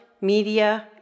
media